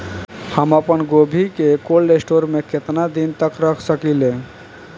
हम आपनगोभि के कोल्ड स्टोरेजऽ में केतना दिन तक रख सकिले?